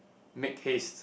make haste